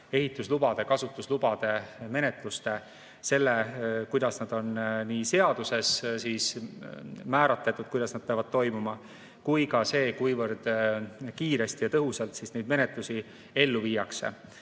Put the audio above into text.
ehituslubade ja kasutuslubade menetluste, selle, kuidas nad on nii seaduses määratletud, kuidas nad peavad toimuma, kui ka selle, kuivõrd kiiresti ja tõhusalt neid menetlusi ellu viiakse.